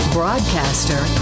broadcaster